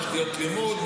תשתיות לימוד,